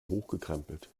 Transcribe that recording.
hochgekrempelt